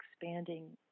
expanding